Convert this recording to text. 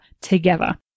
together